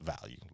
value